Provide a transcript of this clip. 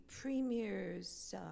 premier's